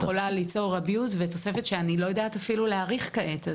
יכולה ליצור ניצול ותוספת שאני לא יודעת אפילו להעריף כעת.